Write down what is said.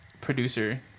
producer